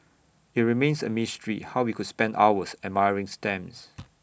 IT remains A mystery how we could spend hours admiring stamps